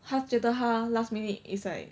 他觉得他 last minute is like